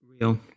Real